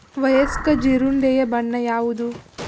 ವಯಸ್ಕ ಜೀರುಂಡೆಯ ಬಣ್ಣ ಯಾವುದು?